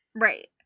Right